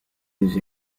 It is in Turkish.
yüz